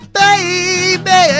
baby